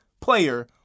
player